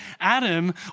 Adam